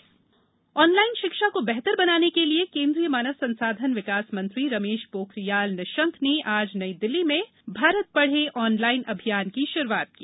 Bharat Padhe online शिक्षा को बेहतर बनाने के लिए केन्द्रीय मानव संसाधन विकास मंत्री रमेश पोखरियाल निशंक ने आज नई दिल्ली में भारत पढ़े ऑनलाइन अभियान की शुरूआत की